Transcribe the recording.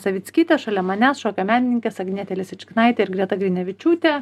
savickytė šalia manęs šokio menininkės agnietė lisičkinaitė ir greta grinevičiūtė